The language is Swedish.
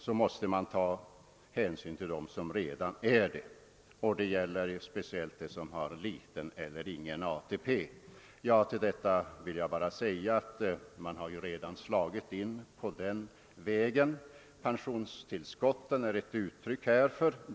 Detta gäller speciellt dem som har liten eller ingen ATP. Man har redan slagit in på denna väg. Pensionstillskotten är ett uttryck för detta.